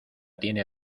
tiene